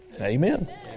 Amen